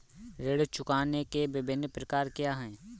ऋण चुकाने के विभिन्न प्रकार क्या हैं?